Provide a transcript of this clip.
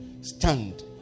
stand